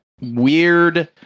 weird